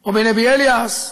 או בנבי אליאס.